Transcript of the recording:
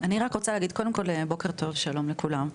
אני רק רוצה להגיד קודם כל בוקר טוב שלום לכולם,